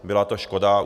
Byla to škoda.